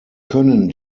können